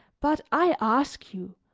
but i ask you,